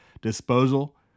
disposal